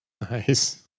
Nice